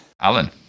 Alan